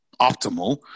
optimal